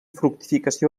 fructificació